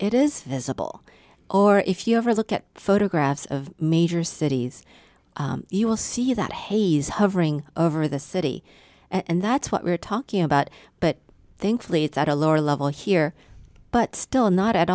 it is visible or if you ever look at photographs of major cities you will see that haze hovering over the city and that's what we're talking about but thankfully it's at a lower level here but still not at